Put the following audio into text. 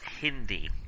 Hindi